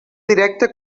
directa